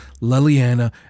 leliana